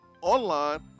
online